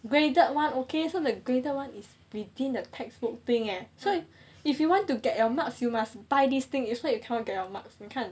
graded one okay so the graded one is within the textbook thing eh so if you want to get your marks you must buy this thing is like you can't get your marks 你看